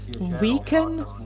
weaken